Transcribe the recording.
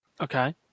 Okay